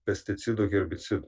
pesticidų herbicidų